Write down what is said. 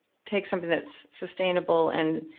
take something that's sustainable and